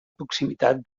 proximitat